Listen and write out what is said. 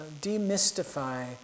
Demystify